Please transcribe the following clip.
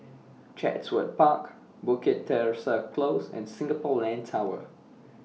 Chatsworth Park Bukit Teresa Close and Singapore Land Tower